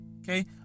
Okay